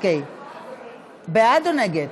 אין נמנעים.